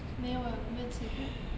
没有 eh 我没有吃过